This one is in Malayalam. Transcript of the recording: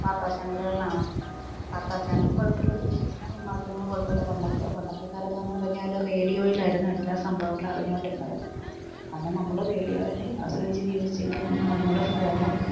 വാർത്താ ചാനലുകളിലാണ് വാർത്താ ചാനലും കുഴപ്പമില്ല ദൃശ്യശ്രാവ്യ മാധ്യമങ്ങളും കുഴപ്പമില്ല പണ്ടത്തെക്കാലത്താണെന്നു പറഞ്ഞാല് റേഡിയോയിലായിരുന്നു എല്ലാ സംഭവങ്ങളും അറിഞ്ഞുകൊണ്ടിരുന്നത് അന്നു നമ്മള് റേഡിയോയെ ആശ്രയിച്ചു ജീവിച്ചെങ്കിലിന്നു നമ്മള് ഫോണും